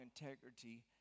integrity